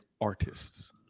artists